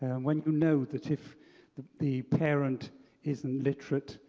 and when you know that if the the parent isn't literate,